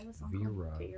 Vera